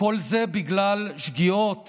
וכל זה בגלל שגיאות